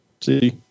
See